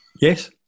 Yes